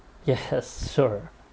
yes sure